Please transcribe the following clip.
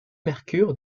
mercure